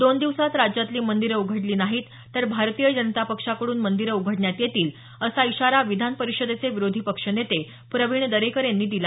दोन दिवसात राज्यातली मंदिरं उघडली नाही तर भारतीय जनता पक्षाकडून मंदिरं उघडण्यात येतील असा इशारा विधान परिषदेचे विरोधी पक्षनेते प्रवीण दरेकर यांनी दिला